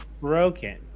broken